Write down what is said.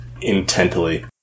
intently